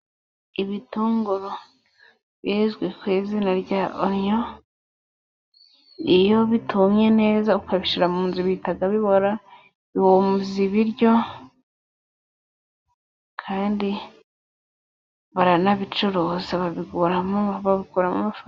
Ibitunguru bizwi ku izina rya Onyo ,iyo bitumye neza ukabishyira mu nzu bihita bihora, bihumuza ibiryo kandi baranabicuruza babikuramo babikuramo amafaranga.